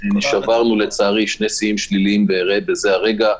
שברנו, לצערי, שני שיאים שליליים בזה הרגע.